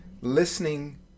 listening